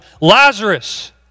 Lazarus